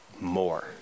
more